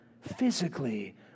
physically